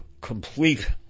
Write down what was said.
complete